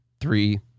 three